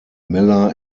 miller